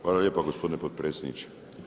Hvala lijepa gospodine potpredsjedniče.